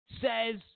says